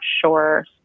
sure